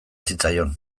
zitzaion